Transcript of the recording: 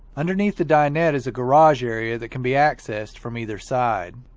underneath the dinette is a garage area that can be accessed from either side.